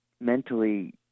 mentally